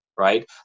Right